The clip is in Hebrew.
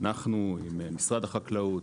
אנחנו עם משרד החקלאות,